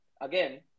again